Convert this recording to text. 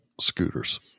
scooters